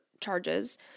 charges